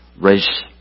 race